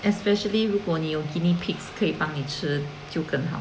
especially 如果你有 guinea pigs 可以帮你吃就更好